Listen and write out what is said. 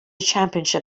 championship